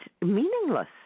meaningless